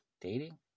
Dating